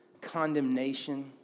condemnation